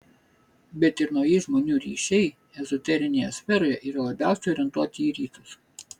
bet ir nauji žmonių ryšiai ezoterinėje sferoje yra labiausiai orientuoti į rytus